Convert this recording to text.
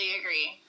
agree